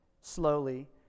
slowly